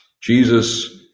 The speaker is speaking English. Jesus